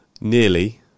nearly